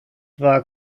war